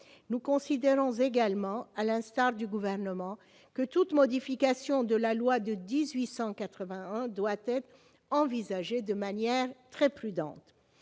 Nous considérons également, à l'instar du Gouvernement, que toute modification de la loi de 1881 doit être envisagée avec une très grande